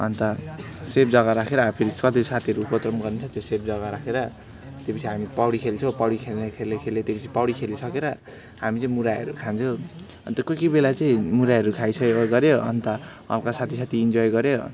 अन्त सेफ जग्गा राखेर अब फेरि कति साथीहरू उपद्रो पनि गरिन्छ त्यो सेफ जग्गा राखेर त्यसपिछे हामी पौडी खेल्छौँ पौडी खेल्ने खेल्यो खेल्यो त्यसपछि पौडी खेलिसकेर हामी चाहिँ मुरैहरू खान्छौँ अन्त कोही कोही बेला चाहिँ मुरैहरू खाइसकेको गर्यो अन्त हलुका साथी साथी इन्जोय गर्यो